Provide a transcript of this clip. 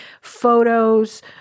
photos